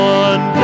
one